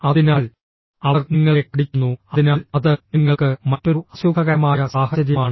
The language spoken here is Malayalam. അതിനാൽ അവർ നിങ്ങളെ കടിക്കുന്നു അതിനാൽ അത് നിങ്ങൾക്ക് മറ്റൊരു അസുഖകരമായ സാഹചര്യമാണ്